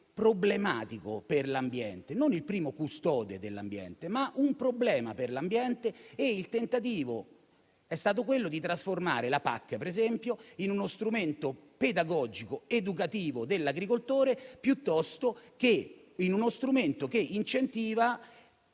problematico per l'ambiente; non il primo custode dell'ambiente, ma un problema per l'ambiente. Il tentativo è stato quello di trasformare la PAC in uno strumento pedagogico educativo dell'agricoltore, piuttosto che in uno strumento che incentiva